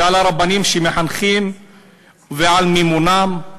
על הרבנים שמחנכים ועל מימונן?